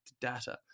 data